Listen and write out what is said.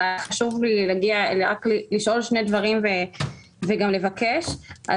וחשוב לי להגיע לשאול שני דברים וגם לבקש.